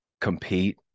compete